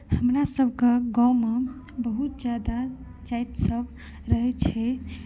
हमरासभके गाँवमे बहुत ज्यादा जातिसभ रहैत छै